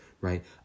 right